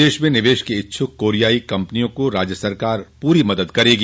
प्रदश में निवेश के इच्छुक कोरियाई कम्पनियों को राज्य सरकार पूरी मदद करेगी